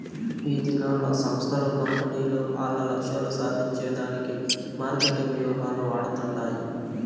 ఈదినాల్ల సంస్థలు, కంపెనీలు ఆల్ల లక్ష్యాలు సాధించే దానికి మార్కెటింగ్ వ్యూహాలు వాడతండాయి